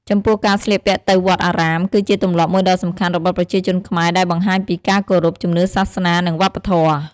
ចំពោះការស្លៀកពាក់ទៅវត្តអារាម គឺជាទម្លាប់មួយដ៏សំខាន់របស់ប្រជាជនខ្មែរដែលបង្ហាញពីការគោរព ជំនឿសាសនា និងវប្បធម៌។